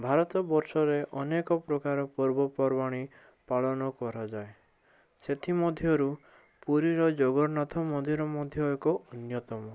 ଭାରତବର୍ଷରେ ଅନେକ ପ୍ରକାର ପର୍ବପର୍ବାଣି ପାଳନ କରାଯାଏ ସେଥିମଧ୍ୟରୁ ପୁରୀର ଜଗନ୍ନାଥ ମନ୍ଦିର ମଧ୍ୟ ଏକ ଅନ୍ୟତମ